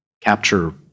capture